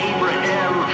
Abraham